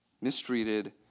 Mistreated